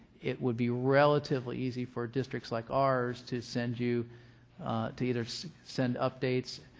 it would be relatively easy for districts like ours to send you to either send updates,